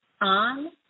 on